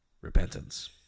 repentance